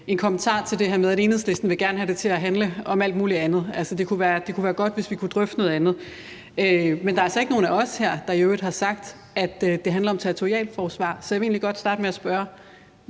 en kommentar til det her med, at Enhedslisten gerne vil have det til at handle om alt muligt andet; det kunne være godt, hvis vi kunne drøfte noget andet. Men der er altså ikke nogen af os her, der i øvrigt har sagt, at det handler om territorialforsvar. Så jeg vil egentlig godt starte med at spørge: